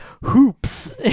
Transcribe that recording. hoops